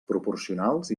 proporcionals